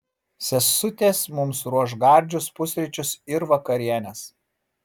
sesutės mums ruoš gardžius pusryčius ir vakarienes